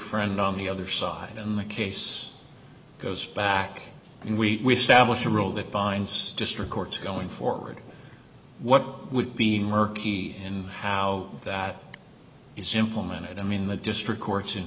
friend on the other side in the case goes back and we stand with a rule that binds district courts going forward what would be murky and how that is implemented i mean the district courts in